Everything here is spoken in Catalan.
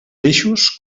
peixos